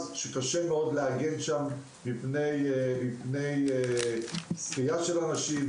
שקשה מאוד להגן שם מפני שחייה של אנשים,